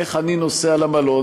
איך אני נוסע למלון?